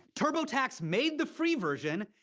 turbotax made the free version,